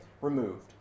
removed